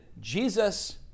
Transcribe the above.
Jesus